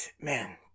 man